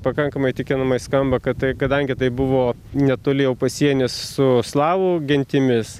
pakankamai įtikinamai skamba kad tai kadangi tai buvo netoli jau pasienio su slavų gentimis